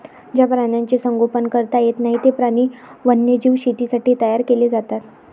ज्या प्राण्यांचे संगोपन करता येत नाही, ते प्राणी वन्यजीव शेतीसाठी तयार केले जातात